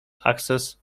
access